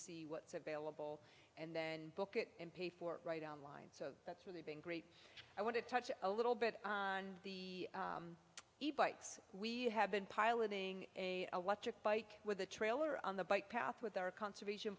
what's available and then book it in pay for right on line so that's really been great i want to touch a little bit on the eve bites we have been piloting a electric bike with a trailer on the bike path with our conservation